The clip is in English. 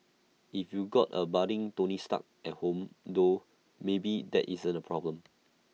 if you got A budding tony stark at home though maybe that isn't A problem